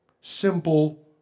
simple